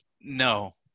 No